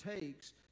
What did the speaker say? takes